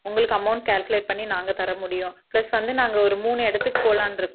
உங்களுக்கு amount calculate பண்ணி நாங்கள் தர முடியும் ப்ளஸ் வந்து நாங்கள் ஒரு மூணு இடத்துக்குப் போகலான்ருக்கோம்